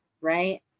right